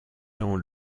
dans